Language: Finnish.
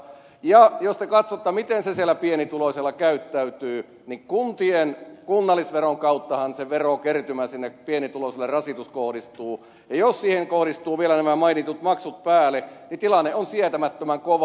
ja jos te katsotte miten se verotus siellä pienituloisella käyttäytyy niin kuntien kunnallisveron kauttahan se verokertymä sinne pienituloisille rasitus kohdistuu ja jos siihen kohdistuvat vielä nämä mainitut maksut päälle niin tilanne on sietämättömän kova